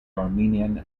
armenian